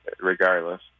regardless